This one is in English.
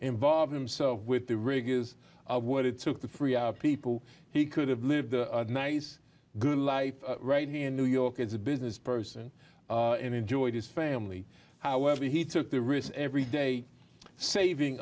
involve himself with the rigors of what it took to free people he could have lived a nice good life right here in new york as a business person and enjoy his family however he took the risks every day saving